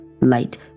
light